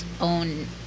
own